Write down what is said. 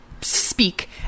speak